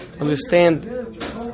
understand